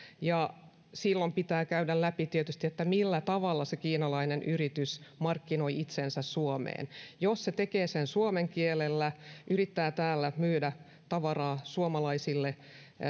silloin pitää tietysti käydä läpi millä tavalla se kiinalainen yritys markkinoi itsensä suomeen jos se tekee sen suomen kielellä yrittää täällä myydä tavaraa suomalaisille